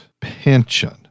pension